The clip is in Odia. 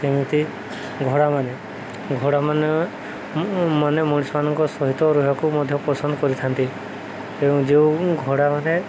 ଯେମିତି ଘୋଡ଼ାମାନେ ଘୋଡ଼ାମାନେ ମାନେ ମଣିଷମାନଙ୍କ ସହିତ ରହିବାକୁ ମଧ୍ୟ ପସନ୍ଦ କରିଥାନ୍ତି ଏବଂ ଯେଉଁ ଘୋଡ଼ାମାନେ